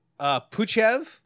Puchev